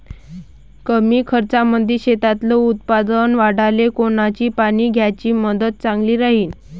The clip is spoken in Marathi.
कमी खर्चामंदी शेतातलं उत्पादन वाढाले कोनची पानी द्याची पद्धत चांगली राहीन?